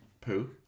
Poo